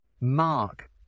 mark